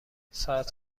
ساعت